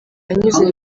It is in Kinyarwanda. anyuze